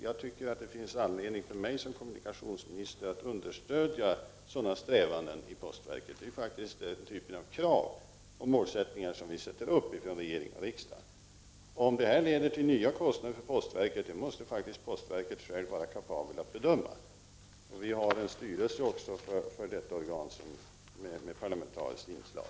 Jag anser att det finns anledning för mig som kommunikationsminister att understödja sådana strävanden inom postverket. Det är faktiskt den typen av krav vi ställer och den typen av mål vi sätter upp från regering och riksdag. Om det här leder till nya kostnader för postverket, måste postverket självt vara kapabelt att bedöma. Det finns en styrelse i detta organ med parlamentariskt inslag.